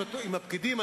עם הפקידים,